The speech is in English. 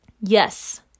Yes